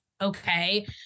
okay